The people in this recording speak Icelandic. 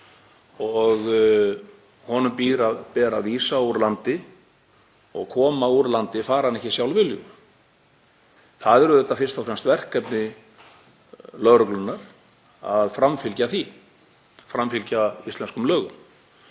og honum ber að vísa úr landi og koma úr landi fari hann ekki sjálfviljugur. Það er auðvitað fyrst og fremst verkefni lögreglunnar að framfylgja því, framfylgja íslenskum lögum.